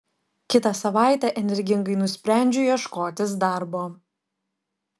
kitą savaitę energingai nusprendžiu ieškotis darbo